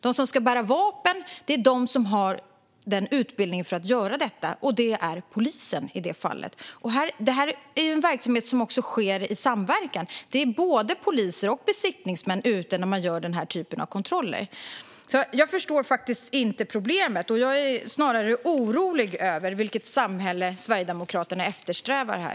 De som ska bära vapen är de som har utbildning för att göra detta, och det är polisen i det fallet. Det är en verksamhet som sker i samverkan. Det är både poliser och besiktningsmän ute när man gör denna typ av kontroller. Jag förstår faktiskt inte problemet, utan jag är snarare orolig över vilket samhälle som Sverigedemokraterna eftersträvar.